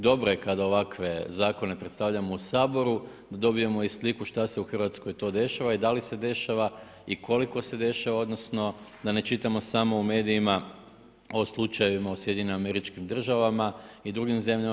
Dobro je kad ovakve zakone predstavljamo u Saboru da dobijemo i sliku što se u Hrvatskoj to dešava i da li se dešava i koliko se dešava, odnosno da ne čitamo samo u medijima o slučajevima u SAD-u i drugim zemljama.